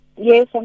Yes